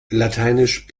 lateinisch